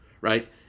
right